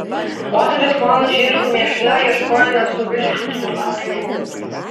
moterys mano žirgo mėšle ieškojo nesuvirškintų avižų